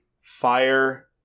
fire